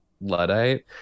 Luddite